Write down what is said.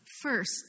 first